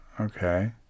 Okay